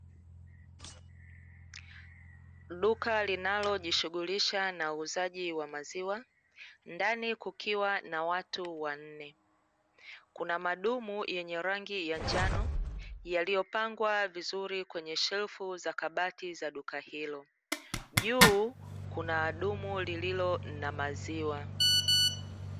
Duka linalojishuhulisha na uuzaji wa maziwa ndani kukiwa na watu wanne. Kuna madumu yenye rangi ya njano yaliyopangwa vizuri kwenye shelfu za kabati za duka hilo. Juu kuna dumu liilo na maziwa.